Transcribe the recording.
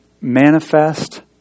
manifest